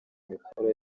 imikoro